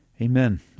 Amen